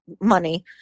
money